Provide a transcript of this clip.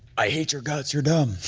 i hate your guts, you're dumb,